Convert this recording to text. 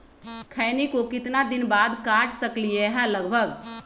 खैनी को कितना दिन बाद काट सकलिये है लगभग?